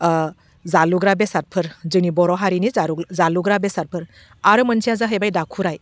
जालुग्रा बेसादफोर जोंनि बर' हारिनि जालु जालुग्रा बेसादफोर आरो मोनसेया जाहैबाय दाखुराइ